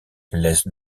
laisse